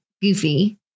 Goofy